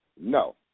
No